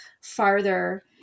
farther